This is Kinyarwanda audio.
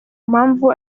mpamvu